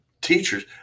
teachers